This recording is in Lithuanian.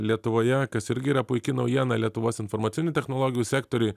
lietuvoje kas irgi yra puiki naujiena lietuvos informacinių technologijų sektoriui